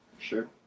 Sure